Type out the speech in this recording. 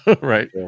right